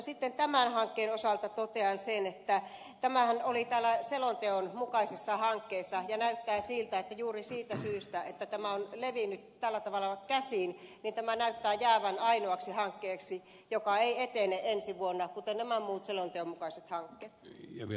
sitten tämän hankkeen osalta totean sen että tämähän oli täällä selonteon mukaisessa hankkeessa ja näyttää siltä että juuri siitä syystä että tämä on levinnyt tällä tavalla käsiin tämä näyttää jäävän ainoaksi hankkeeksi joka ei etene ensi vuonna kuten nämä muut selonteon mukaiset hankkeet